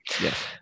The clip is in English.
Yes